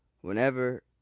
Whenever